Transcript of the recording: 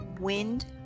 wind